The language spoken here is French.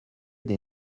des